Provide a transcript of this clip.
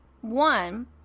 one